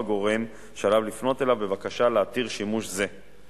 הגורם שעליו לפנות אליו בבקשה להתיר שימוש זה.